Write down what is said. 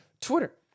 Twitter